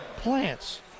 plants